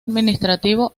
administrativo